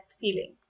feeling